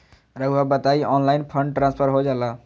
रहुआ बताइए online fund transfer हो जाला?